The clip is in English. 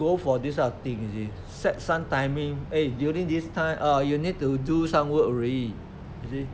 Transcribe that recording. go for this kind of thing you see set some timing eh during this time orh you need to do some work already you see